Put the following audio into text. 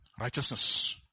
Righteousness